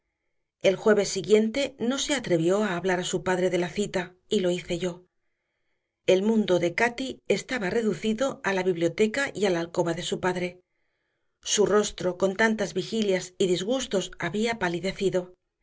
el jueves siguiente no se atrevió a hablar a su padre de la cita y lo hice yo el mundo de cati estaba reducido a la biblioteca y a la alcoba de su padre su rostro con tantas vigilias y disgustos había palidecido